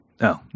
No